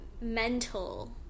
mental